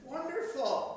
Wonderful